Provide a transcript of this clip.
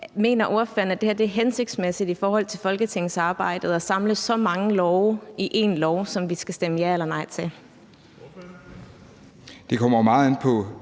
Mener ordføreren, det er hensigtsmæssigt i forhold til folketingsarbejdet at samle så mange love i ét lovforslag, som vi skal stemme ja eller nej til? Kl. 13:49 Den